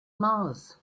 mars